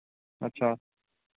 अच्छा